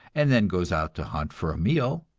and then goes out to hunt for a meal.